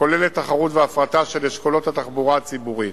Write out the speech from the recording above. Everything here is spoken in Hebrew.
הכוללת תחרות והפרטה של אשכולות התחבורה הציבורית.